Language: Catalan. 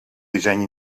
disseny